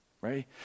right